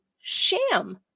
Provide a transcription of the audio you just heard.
sham